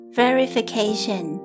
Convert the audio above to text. verification